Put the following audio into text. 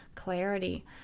clarity